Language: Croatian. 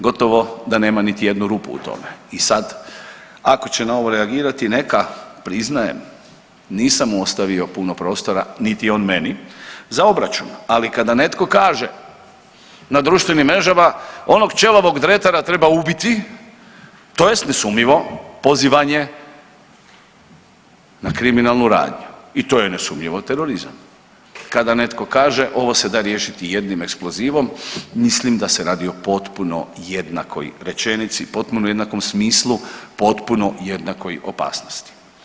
Gotovo da nema niti jednu rupu u tome i sad, ako će na ovo reagirati neka priznajem, nisam mu ostavio puno prostora niti on meni za obračun, ali kada netko kaže na društvenim mrežama, onog ćelavog Dretara treba ubiti, to je nesumnjivo pozivanje na kriminalnu radnju i to je nesumnjivo terorizam, kada netko kaže, ovo se da riješiti jednim eksplozivom, mislim da se radi o potpuno jednakoj rečenici, potpuno jednakom smislu, potpuno jednakoj opasnosti.